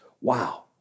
Wow